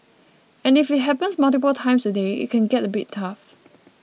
and if it happens multiple times a day it can get a bit tough